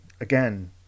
again